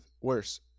worse